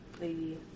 Lady